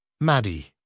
Maddie